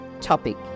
topic